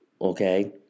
okay